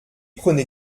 prenez